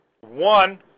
One